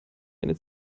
eine